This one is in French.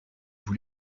vous